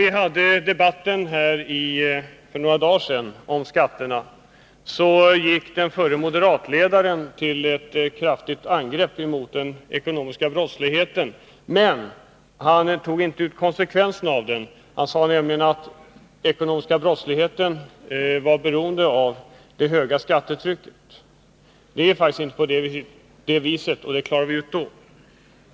I debatten för några dagar sedan om skatterna gick den förre moderatledaren till kraftigt angrepp mot den ekonomiska brottsligheten. Men han drog inte konsekvenserna av den. Han sade att den ekonomiska brottsligheten beror på för högt skattetryck. Det är faktiskt inte så. Det klarade vi ut då.